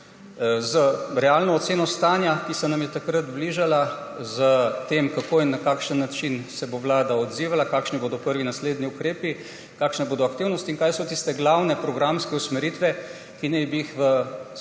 z realno oceno stanja, ki se nam je takrat bližalo, s tem, kako in na kakšen način se bo vlada odzivala, kakšni bodo prvi naslednji ukrepi, kakšne bodo aktivnosti in kaj so tiste glavne programske usmeritve, ki naj bi